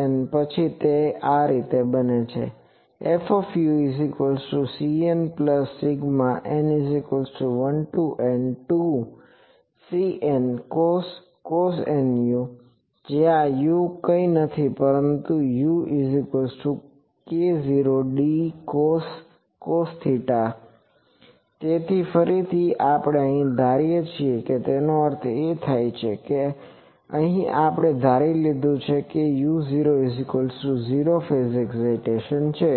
n પછી તે આ રીતે બને છે FuCnn1N2Cncos nu જ્યાં u કંઈ નથી પરંતુ uk0d cos તેથી ફરીથી આપણે અહીં ધારીએ છીએ તેનો ખરેખર અર્થ થાય છે અહીં આપણે ધારી લીધું છે કે u00 ફેઝ એક્ઝિટેસન છે